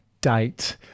date